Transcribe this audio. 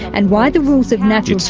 and why the rules of natural